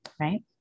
Right